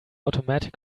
automatic